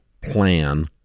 plan